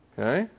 Okay